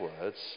words